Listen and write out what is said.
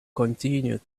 continued